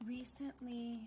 Recently